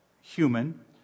human